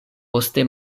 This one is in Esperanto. poste